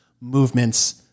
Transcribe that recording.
movements